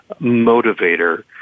motivator